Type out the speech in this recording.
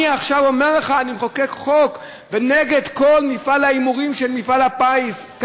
אני עכשיו אומר לך שאני מחוקק חוק נגד כל מפעל ההימורים של מפעל הפיס,